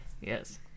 Yes